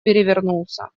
перевернулся